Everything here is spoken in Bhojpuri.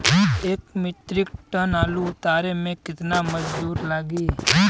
एक मित्रिक टन आलू के उतारे मे कितना मजदूर लागि?